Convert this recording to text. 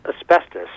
asbestos